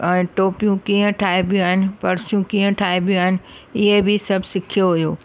ऐं टोपियूं कीअं ठाहिबियूं आहिनि पर्सियूं कीअं ठाहिबियूं आहिनि इहो बि सभु सिखियो हुयो